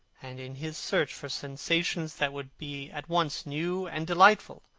and in his search for sensations that would be at once new and delightful,